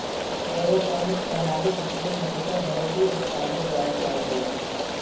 aeroponic प्रणालीक उपयोग मुख्यतः घरेलू उत्पादक द्वारा कैल जाइ छै